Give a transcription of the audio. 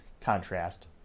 Contrast